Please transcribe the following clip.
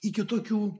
iki tokių